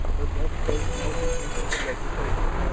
her buff coat melting into the vegetation.